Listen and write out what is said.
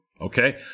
Okay